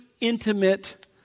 intimate